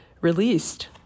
released